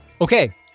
Okay